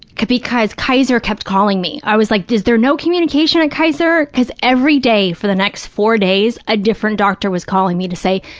because kaiser kept calling me. i was like, is there no communication at kaiser? because every day, for the next four days, a different doctor was calling me to say,